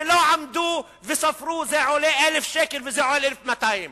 ולא עמדו וספרו: זה עולה 1,000 שקל וזה עולה 1,200 שקל.